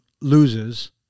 loses